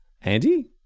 Andy